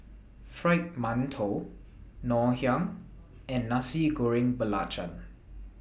Fried mantou Ngoh Hiang and Nasi Goreng Belacan